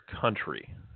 country